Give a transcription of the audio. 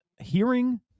hearing